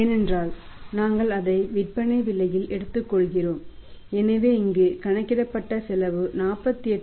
ஏனென்றால் நாங்கள் அதை விற்பனை விலையில் எடுத்துக்கொள்கிறோம் எனவே இங்கு கணக்கிடப்பட்ட செலவு 48